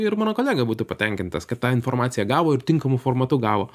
ir mano kolega būtų patenkintas kad tą informaciją gavo ir tinkamu formatu gavo